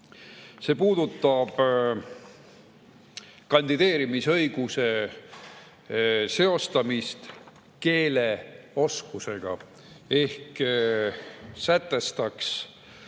See puudutab kandideerimisõiguse seostamist keeleoskusega ehk [sellega]